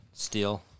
Steel